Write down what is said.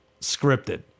scripted